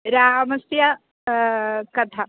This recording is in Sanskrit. रामस्य कथा